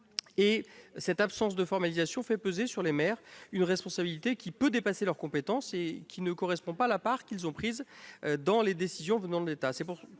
cette coopération. Cela fait peser sur les maires une responsabilité qui peut dépasser leurs compétences et qui ne correspond pas à la part qu'ils ont prise dans les décisions venant de l'État.